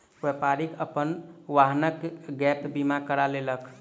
व्यापारी अपन वाहनक गैप बीमा करा लेलक